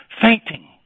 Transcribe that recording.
fainting